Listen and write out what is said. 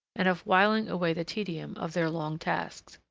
and of whiling away the tedium of their long task.